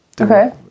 Okay